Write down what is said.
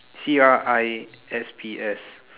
C R I S P S